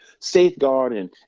safeguarding